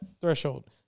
threshold